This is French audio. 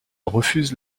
refuse